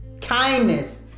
kindness